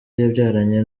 yabyaranye